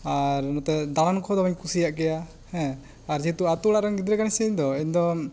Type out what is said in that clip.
ᱟᱨ ᱱᱚᱛᱮ ᱫᱟᱬᱟᱱ ᱠᱚᱫᱚ ᱵᱟᱹᱧ ᱠᱩᱥᱤᱭᱟᱜ ᱜᱮᱭᱟ ᱦᱮᱸ ᱟᱨ ᱡᱮᱦᱮᱛᱩ ᱟᱛᱳ ᱚᱲᱟᱜ ᱨᱮᱱ ᱜᱤᱫᱽᱨᱟᱹ ᱠᱟᱹᱱᱟᱹᱧ ᱥᱮ ᱤᱧ ᱫᱚ ᱤᱧ ᱫᱚ